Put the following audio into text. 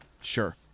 Sure